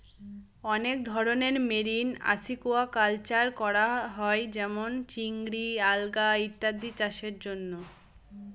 অনেক ধরনের marine aquaculture করা হয় যেমন চিংড়ি, আলগা ইত্যাদি চাষের জন্য